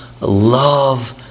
love